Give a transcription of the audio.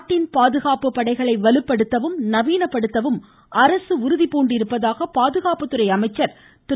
நாட்டின் பாதுகாப்பு படைகளை வலுப்படுத்தவும் நவீனப்படுத்தவும் அரசு உறுதி பூண்டிருப்பதாக மத்திய பாதுகாப்புத்துறை அமைச்சர் திரு